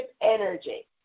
energy